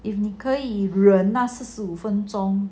if 你可以忍那四十五分钟